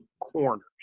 Corners